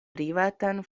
privatan